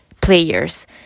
players